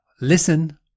listen